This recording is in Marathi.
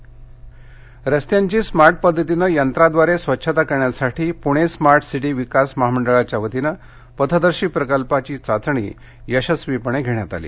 रस्ते रस्त्यांची स्मार्ट पद्धतीने यंत्राद्वारे स्वच्छता करण्यासाठी पुणे स्मार्ट सिटी विकास महामंडळाच्या वतीनं पथदर्शी प्रकल्पाची चाचणी यशस्वीपणे घेण्यात आली